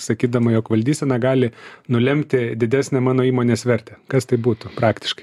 sakydama jog valdysena gali nulemti didesnę mano įmonės vertę kas tai būtų praktiškai